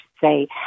say